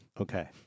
Okay